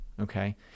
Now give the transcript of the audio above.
Okay